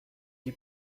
die